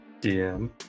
DM